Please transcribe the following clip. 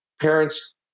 parents